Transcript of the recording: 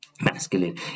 masculine